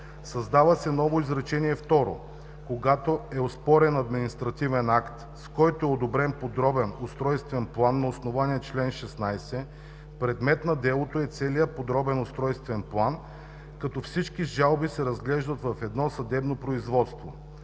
Създава се ново изречение второ: „Когато е оспорен административен акт, с който е одобрен подробен устройствен план на основание чл. 16, предмет на делото е целият подробен устройствен план, като всички жалби се разглеждат в едно съдебно производство.“